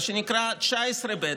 מה שנקרא 19(ב),